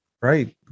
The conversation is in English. Right